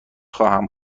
خواهم